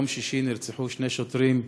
ביום שישי נרצחו שני שוטרים,